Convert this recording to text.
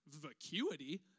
vacuity